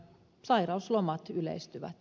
sairauslomat yleistyvät